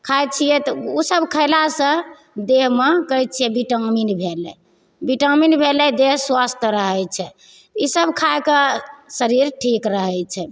खाइत छियै तऽ ओ सब खयलासँ देहमे कहैत छियै बिटामिन भेलै बिटामिन भेलै देह स्वस्थ रहैत छै ई सब खाइकऽ शरीर ठीक रहैत छै